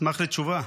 אשמח לתשובה.